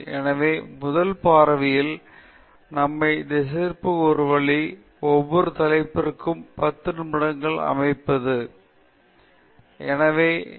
எனவே முதல் பார்வையில் நம்மைத் திசைதிருப்ப ஒரு வழி ஒவ்வொரு தலைப்பிற்கும் பத்து நிமிடங்களை அமைப்பது மற்றும் நீங்கள் பார்க்க முடிந்ததைப் போல பத்து நிமிடங்கள் முடித்துவிட்டோம் அந்த முதல் தலைப்பைப் பார்த்தோம்